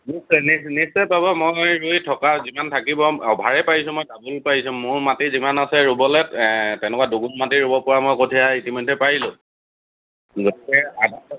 নিশ্চয় নিশ্চয় পাব মই ৰুই থকা যিমান থাকিব অভাৰেই পাৰিছোঁ মই ডাবোল পাৰিছোঁ মোৰ মাটি যিমান আছে ৰুৱলৈ তেনেকুৱা দুগুণ মাটি ৰুৱ পৰা মই কঠীয়া ইতিমধ্যে পাৰিলোঁ